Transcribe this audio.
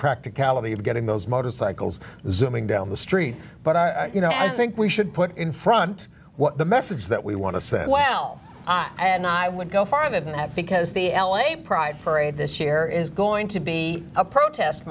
practicality of getting those motorcycles zooming down the street but i you know i think we should put in front what the message that we want to send well and i would go farther than that because the l a pride parade this year is going to be a protest